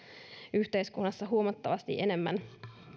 yhteiskunnassa huomattavasti enemmän